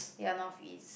ya North East